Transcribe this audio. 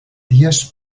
dies